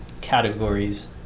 categories